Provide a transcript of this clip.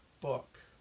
book